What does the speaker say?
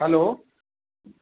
hello